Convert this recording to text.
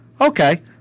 Okay